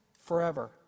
forever